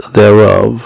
thereof